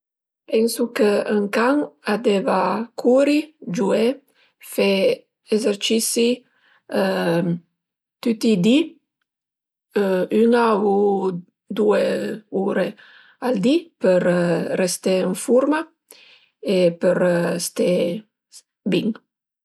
Pensu chë ën can a deva curi, giué, fe esercisi tüti i di üna u due ure al di për resté ën furma e për sté bin